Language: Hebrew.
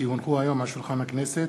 כי הונחו היום על שולחן הכנסת,